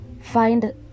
find